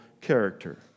character